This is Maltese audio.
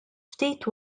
ftit